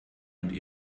und